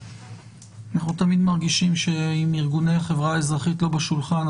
אנחנו תמיד מרגישים שאם ארגוני החברה האזרחית לא בשולחן,